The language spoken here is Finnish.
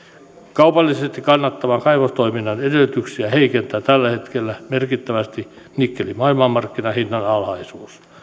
kaupallisesti kannattavan kaivostoiminnan edellytyksiä heikentää tällä hetkellä merkittävästi nikkelin maailmanmarkkinahinnan alhaisuus